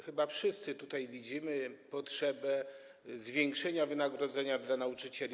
Chyba wszyscy tutaj widzimy potrzebę zwiększenia wynagrodzenia dla nauczycieli.